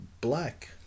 black